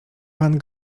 pan